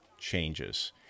changes